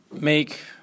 make